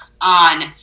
on